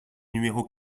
numéro